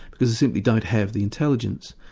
because they simply don't have the intelligence,